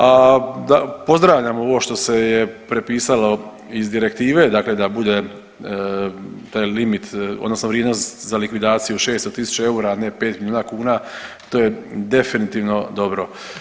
A pozdravljam ovo što se je prepisalo iz direktive dakle da bude taj limit odnosno vrijednost za likvidaciju 600.000 eura, a ne 5 milijuna kuna, to je definitivno dobro.